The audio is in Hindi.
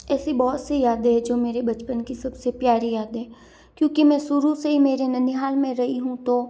ऐसी बहुत सी यादें हैं जो मेरे बचपन की सबसे प्यारी यादें क्योंकि मैं शुरू से ही मेरी ननिहाल में रही हूँ तो